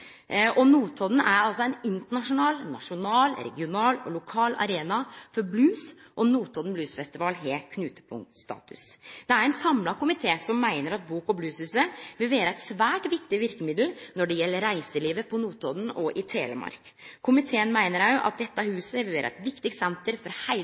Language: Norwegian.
Notodden er ein internasjonal, nasjonal, regional og lokal arena for blues, og Notodden Blues Festival har knutepunktstatus. Ein samla komité meiner at Bok- og blueshuset vil vere eit svært viktig verkemiddel når det gjeld reiselivet på Notodden og i Telemark. Komiteen meiner òg at dette huset vil vere eit viktig senter for heile